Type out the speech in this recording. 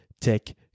tech